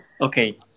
Okay